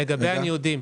לגבי הניודים,